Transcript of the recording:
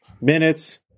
minutes